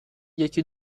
یکی